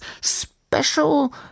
special